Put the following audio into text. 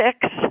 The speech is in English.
six